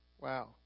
Wow